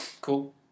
Cool